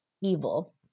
evil